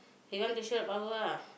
they don't want to show their power lah